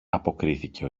αποκρίθηκε